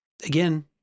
again